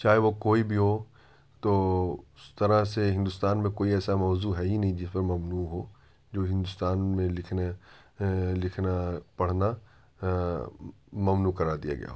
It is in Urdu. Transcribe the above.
چاہے وہ کوئی بھی ہو تو اس طرح سے ہندوستان میں کوئی ایسا موضوع ہے ہی نہیں جس پر ممنوع ہو جو ہندوستان میں لکھنے لکھنا پڑھنا ممنوع قرار دیا گیا ہو